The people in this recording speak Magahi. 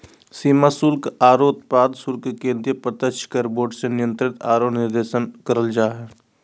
सीमा शुल्क आरो उत्पाद शुल्क के केंद्रीय प्रत्यक्ष कर बोर्ड से नियंत्रण आरो निर्देशन करल जा हय